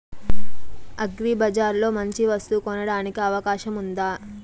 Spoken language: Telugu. అగ్రిబజార్ లో మంచి వస్తువు కొనడానికి అవకాశం వుందా?